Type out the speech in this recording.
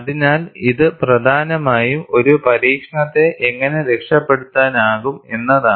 അതിനാൽ ഇത് പ്രധാനമായും ഒരു പരീക്ഷണത്തെ എങ്ങനെ രക്ഷപ്പെടുത്താനാകും എന്നതാണ്